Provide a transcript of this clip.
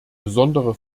besondere